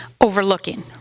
overlooking